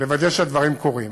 לוודא שהדברים קורים.